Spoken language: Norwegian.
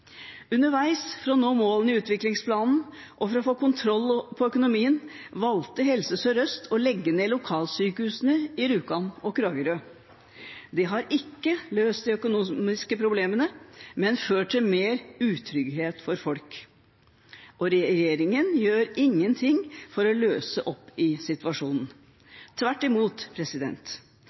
Underveis, for å nå målene i utviklingsplanen og for å få kontroll på økonomien, valgte Helse Sør-Øst å legge ned lokalsykehusene i Rjukan og Kragerø. Det har ikke løst de økonomiske problemene, men ført til mer utrygghet for folk. Regjeringen gjør ingenting for å løse opp i situasjonen. Tvert imot,